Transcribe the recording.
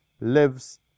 lives